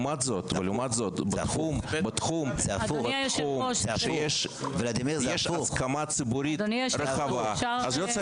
לעומת זאת בתחום שיש הסכמה ציבורית רחבה אז לא צריך חוק.